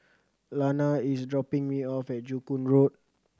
Lana is dropping me off at Joo Koon Road